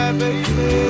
baby